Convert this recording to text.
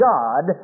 God